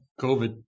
COVID